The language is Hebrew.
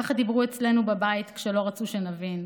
ככה דברו אצלנו בבית כשלא רצו שנבין,